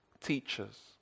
teachers